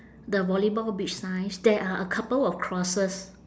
the volleyball beach signs there are a couple of crosses